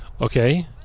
Okay